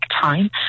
time